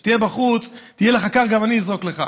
כשאתה תהיה בחוץ, יהיה לך קר, אני אזרוק גם לך.